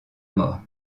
mort